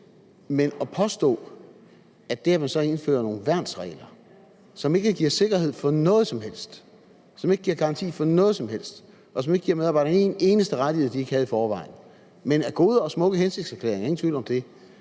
Men at påstå, at det, at man så indfører nogle værnsregler, som ikke giver sikkerhed for noget som helst, som ikke giver garanti for noget som helst, og som ikke giver medarbejderne en eneste rettighed, som de ikke har i forvejen, men er gode og smukke hensigtserklæringer – ingen tvivl om det